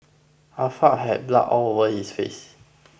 Ah Fa had blood all over his face